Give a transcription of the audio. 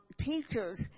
teachers